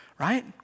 Right